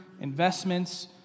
investments